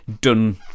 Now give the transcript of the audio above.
done